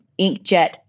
inkjet